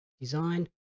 Design